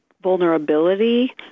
vulnerability